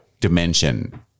dimension